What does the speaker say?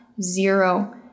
zero